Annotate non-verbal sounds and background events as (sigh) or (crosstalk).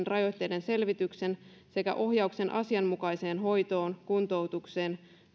(unintelligible) rajoitteiden selvityksen sekä ohjauksen asianmukaiseen hoitoon kuntoutukseen